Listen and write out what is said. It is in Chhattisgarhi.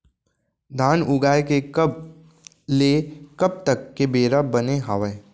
धान उगाए के कब ले कब तक के बेरा बने हावय?